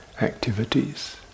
activities